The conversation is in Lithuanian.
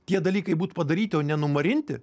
tie dalykai būt padaryti o ne numarinti